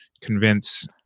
convince